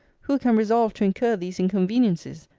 who can resolve to incur these inconveniencies,